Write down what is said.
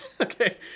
Okay